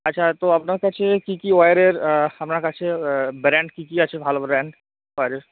আচ্ছা তো আপনার কাছে কী কি ওয়্যারের আপনার কাছে ব্র্যান্ড কী কী আছে ভালো ব্র্যান্ড ওয়্যারের